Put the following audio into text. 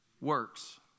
works